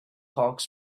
hawks